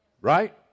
right